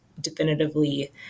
definitively